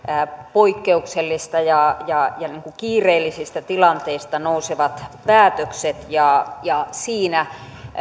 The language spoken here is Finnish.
poikkeuksellisista ja kiireellisistä tilanteista nousevat päätökset ja ja niissä